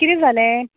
कितें जालें